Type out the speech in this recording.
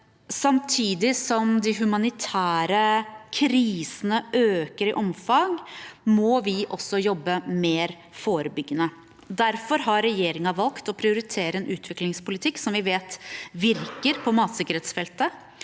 Samtidig som de humanitære krisene øker i omfang, må vi også jobbe mer forebyggende. Derfor har regjeringen valgt å prioritere en utviklingspolitikk som vi vet virker på matsikkerhetsfeltet,